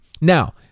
Now